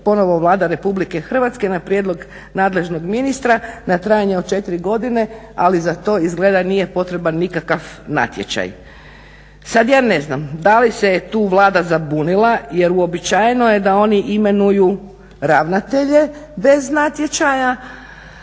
ponovno Vlada Republike Hrvatske na prijedlog nadležnog ministra na trajanje od 4 godine ali za to izgleda nije potreban nikakav natječaj. Sad ja ne znam, da li se tu Vlada zabunila jer uobičajeno je da oni imenuju ravnatelje bez natječaja